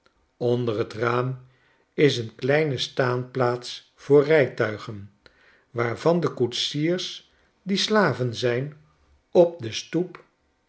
onder traam is een kleine staanplaats voor rijtuigen waarvan de koetsiers die slaven zijn op de stoep